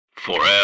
Forever